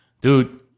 Dude